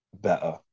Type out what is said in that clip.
better